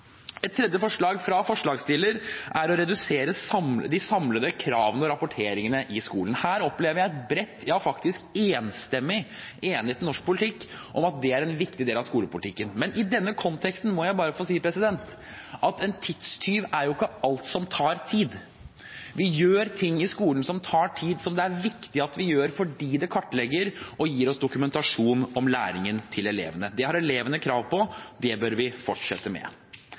Et tredje forslag fra forslagsstillerne er å redusere de samlede kravene til rapportering i skolen. Her opplever jeg en bred – ja, faktisk enstemmig – enighet i norsk politikk om at det er en viktig del av skolepolitikken. Men i denne konteksten må jeg bare få si at en tidstyv ikke er alt som tar tid. Vi gjør ting i skolen som tar tid, og som det er viktig at vi gjør fordi det kartlegger og gir oss dokumentasjon om elevenes læring. Det har elevene krav på. Det bør vi fortsette med.